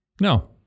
No